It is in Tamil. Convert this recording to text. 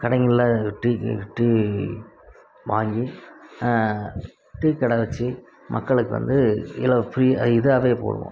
கடைங்களில் டீ டீ வாங்கி டீக்கடை வச்சு மக்களுக்கு வந்து இலவ ஃப்ரீ இதாகவே போடுவோம்